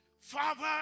Father